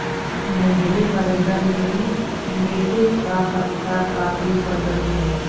मुझे बर्गर में लेटिस का पत्ता काफी पसंद है